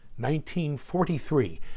1943